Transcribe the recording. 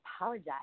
apologize